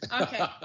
Okay